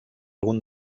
algun